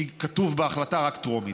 כי כתוב בהחלטה: רק טרומית.